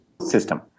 system